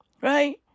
Right